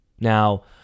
Now